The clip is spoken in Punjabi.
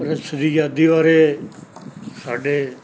ਪ੍ਰੈੱਸ ਦੀ ਅਜ਼ਾਦੀ ਬਾਰੇ ਸਾਡੇ